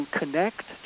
connect